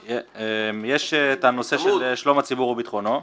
יש את הנושא של "שלום הציבור וביטחונו".